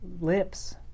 lips